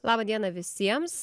laba diena visiems